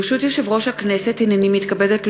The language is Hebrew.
ברשות יושב-ראש הכנסת, הנני מתכבדת להודיעכם,